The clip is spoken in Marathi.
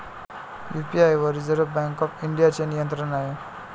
यू.पी.आय वर रिझर्व्ह बँक ऑफ इंडियाचे नियंत्रण आहे